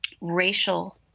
racial